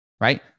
right